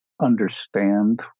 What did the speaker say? understand